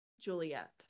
juliet